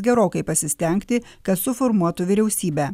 gerokai pasistengti kad suformuotų vyriausybę